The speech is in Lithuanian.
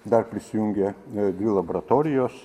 dar prisijungė dvi laboratorijos